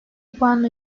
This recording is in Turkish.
puanla